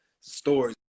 stories